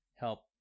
help